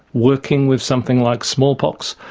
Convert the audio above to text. working with something like smallpox,